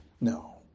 No